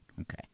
Okay